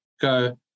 Go